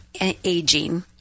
aging